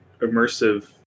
immersive